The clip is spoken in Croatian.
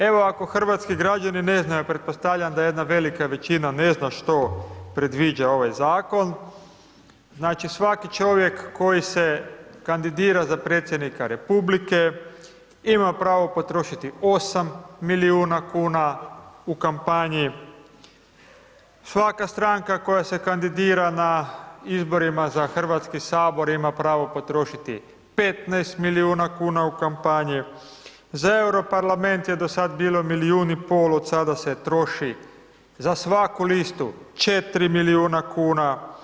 Evo ako hrvatski građani ne znaju, a pretpostavljam da jedna velika većina ne zna što predviđa ovaj Zakon, znači svaki čovjek koji se kandidira za predsjednika Republike ima pravo potrošiti 8 milijuna kuna u kampanji, svaka stranka koja se kandidira na izborima za Hrvatski sabor ima pravo potrošiti 15 milijuna kuna u kampanji, za Euro parlament je do sad bilo 1,5 milijun, od sada se troši za svaku listu 4 milijuna kuna.